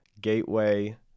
gateway